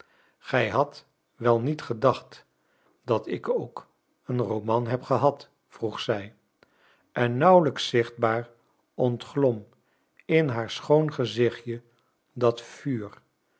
gij hadt wel niet gedacht dat ik ook een roman heb gehad vroeg zij en nauwelijks zichtbaar ontglom in haar schoon gezichtje dat vuur